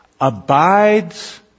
abides